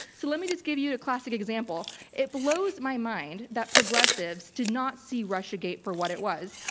so let me just give you a classic example. it blows my mind that progressives did not see russiagate for what it was.